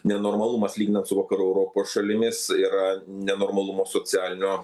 nenormalumas lyginant su vakarų europos šalimis yra nenormalumo socialinio